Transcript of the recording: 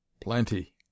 Plenty